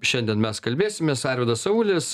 šiandien mes kalbėsimės arvydas avulis